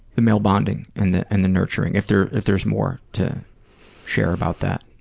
the male bonding and the and the nurturing. if there's if there's more to share about that.